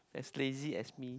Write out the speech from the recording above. as lazy as me